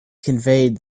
conveyed